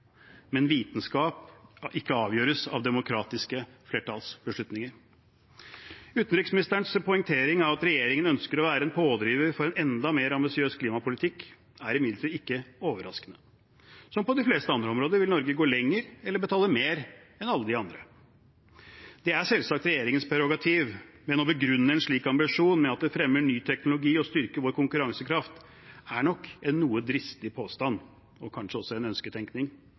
men vitenskap kan ikke avgjøres av demokratiske flertallsbeslutninger. Utenriksministerens poengtering av at regjeringen ønsker å være en pådriver for en enda mer ambisiøs klimapolitikk, er imidlertid ikke overraskende. Som på de fleste andre områder vil Norge gå lenger eller betale mer enn alle de andre. Det er selvsagt regjeringens prerogativ, men å begrunne en slik ambisjon med at det fremmer ny teknologi og styrker vår konkurransekraft, er nok en noe dristig påstand – og kanskje også en ønsketenkning.